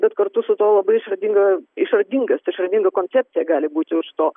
bet kartu su tuo labai išradinga išradingas išradinga koncepcija gali būti už to